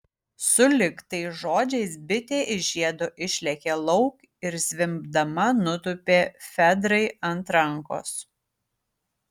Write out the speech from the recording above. sulig tais žodžiais bitė iš žiedo išlėkė lauk ir zvimbdama nutūpė fedrai ant rankos